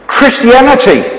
Christianity